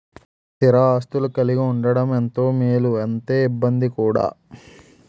స్థిర ఆస్తులు కలిగి ఉండడం ఎంత మేలో అంతే ఇబ్బంది కూడా